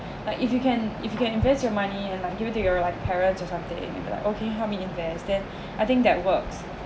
like if you can if you can invest your money and like due to your like parents or something then it be like okay how many invest then I think that works